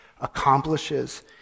accomplishes